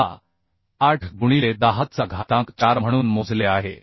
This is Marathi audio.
68 गुणिले 10 चा घातांक 4 म्हणून मोजले आहे